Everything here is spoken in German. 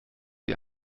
wie